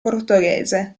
portoghese